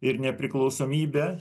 ir nepriklausomybę